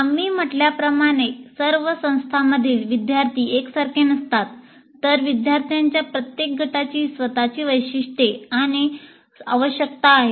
आम्ही म्हटल्याप्रमाणे सर्व संस्थांमधील विद्यार्थी एकसारखे नसतात तर विद्यार्थ्यांच्या प्रत्येक गटाची स्वतःची वैशिष्ट्ये आणि आवश्यकता आहेत